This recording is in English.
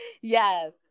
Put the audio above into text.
Yes